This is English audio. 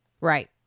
Right